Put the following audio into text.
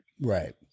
Right